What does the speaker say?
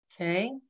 okay